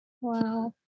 Wow